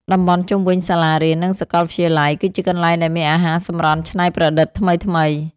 តំបន់ជុំវិញសាលារៀន និងសាកលវិទ្យាល័យ គឺជាកន្លែងដែលមានអាហារសម្រន់ច្នៃប្រឌិតថ្មីៗ។